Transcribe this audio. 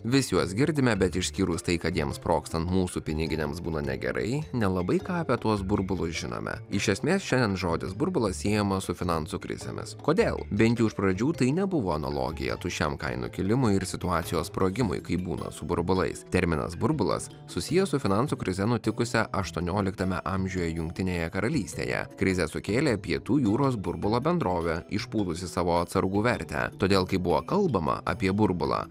vis juos girdime bet išskyrus tai kad jiems sprogstant mūsų piniginėms būna negerai nelabai ką apie tuos burbulus žinome iš esmės šiandien žodis burbulas siejamas su finansų krizėmis kodėl bent jau iš pradžių tai nebuvo analogija tuščiam kainų kilimo ir situacijos sprogimui kaip būna su burbulais terminas burbulas susijęs su finansų krize nutikusia aštuonioliktame amžiuje jungtinėje karalystėje krizę sukėlė pietų jūros burbulo bendrovė išpūtusi savo atsargų vertę todėl kai buvo kalbama apie burbulą